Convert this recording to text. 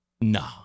No